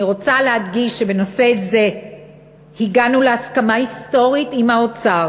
אני רוצה להדגיש שבנושא זה הגענו להסכמה היסטורית עם האוצר